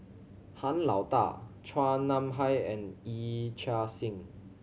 Han Lao Da Chua Nam Hai and Yee Chia Hsing